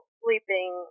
sleeping